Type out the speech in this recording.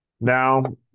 Now